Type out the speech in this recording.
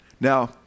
Now